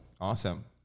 Awesome